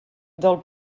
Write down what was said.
del